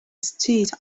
street